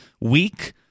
weak-